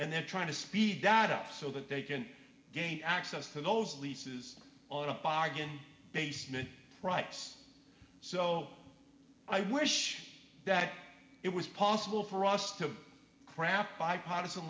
and they're trying to speed that up so that they can gain access to those leases on a bargain basement price so i wish that it was possible for us to craft bipartisan